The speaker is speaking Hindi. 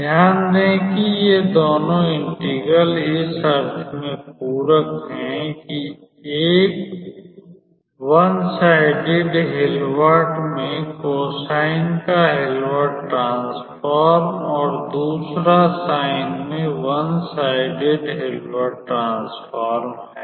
ध्यान दें कि ये दोनों इंटेगरल इस अर्थ में पूरक हैं कि एक 1 साईडेड हिल्बर्ट में कोसाइन का हिल्बर्ट ट्रांसफॉर्म और दूसरा साइन में 1 साईडेड हिल्बर्ट ट्रांसफॉर्म है